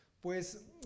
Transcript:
Pues